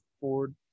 Ford